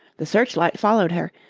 the searchlight followed her,